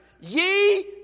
Ye